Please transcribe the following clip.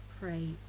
pray